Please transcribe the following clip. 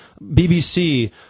BBC